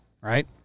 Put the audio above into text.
Right